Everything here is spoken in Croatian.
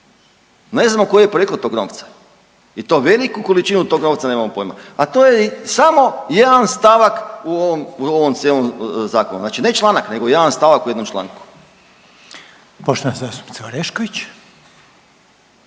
Ne znamo koje je porijeklo tog novca i to veliku količinu tog novca nemamo pojma, a to je samo jedan stavak u ovom, u ovom cijelom zakonu, znači ne članak nego jedan stavak u jednom članku. **Reiner, Željko